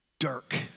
Dirk